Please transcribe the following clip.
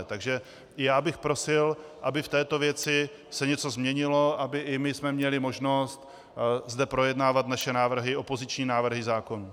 Takže i já bych prosil, aby se v této věci něco změnilo, abychom i my měli možnost zde projednávat naše návrhy, opoziční návrhy zákonů.